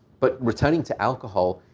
but returning to alcohol,